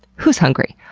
who's hungry?